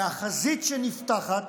והחזית שנפתחת